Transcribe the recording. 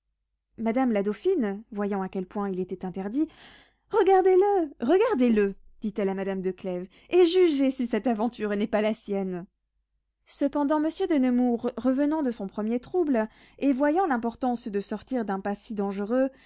madame la dauphine voyant à quel point il était interdit regardez-le regardez-le dit-elle à madame de clèves et jugez si cette aventure n'est pas la sienne cependant monsieur de nemours revenant de son premier trouble et voyant l'importance de sortir d'un pas si dangereux